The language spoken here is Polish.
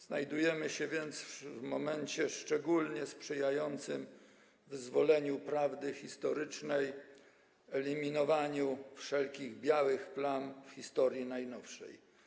Znajdujemy się więc w momencie szczególnie sprzyjającym wyzwoleniu prawdy historycznej, eliminowaniu wszelkich białych plam w historii najnowszej.